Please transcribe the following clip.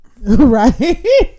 Right